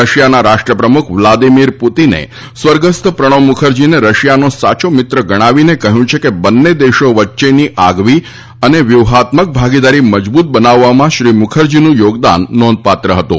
રશિયાના રાષ્ટ્રપ્રમુખ વ્લાદીમીર પુતીને સ્વર્ગસ્થ પ્રણવ મુખરજીને રશિયાનો સાચો મિત્ર ગણાવીને કહ્યું છે કે બંને દેશો વચ્ચેની આગવી તથા વ્યૂહાત્મક ભાગીદારી મજબૂત બનાવવામાં શ્રી મુખરજીનું યોગદાન નોંધપાત્ર હતું